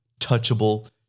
touchable